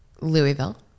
Louisville